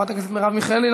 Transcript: חברת הכנסת מרב מיכאלי,